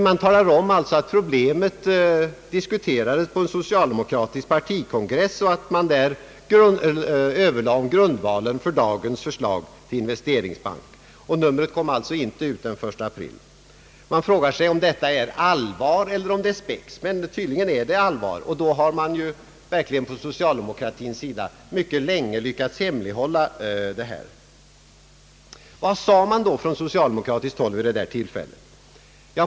Man talar om att problemet diskuterades på en socialdemokratisk partikongress och att man där överlade om »grundvalen för dagens förslag till en investeringsbank». Det här numret kom inte ut den 1 april. Man frågar sig om detta är allvar eller om det är spex, men tydligen är det allvar. Under sådana förhållanden har man verkligen på socialdemokratiskt håll lyckats hemlighålla detta »beslut» mycket länge. håll vid detta tillfälle?